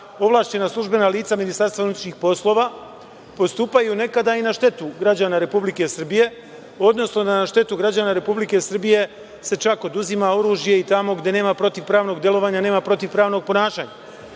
ovlašćena službena lica MUP-a postupaju nekada i na štetu građana Republike Srbije, odnosno na štetu građana Republike Srbije se čak oduzima oružje i tamo gde nama protivpravnog delovanja, nema protivpravnog ponašanja. Znači,